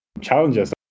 challenges